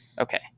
Okay